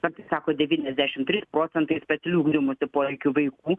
kartais sako devyniasdešimt trys procentai specialių ugdymosi poreikių vaikų